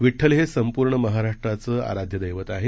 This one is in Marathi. विड्ठल हे संपूर्ण महाराष्ट्राचं आराध्य दक्ति आहे